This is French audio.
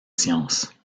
sciences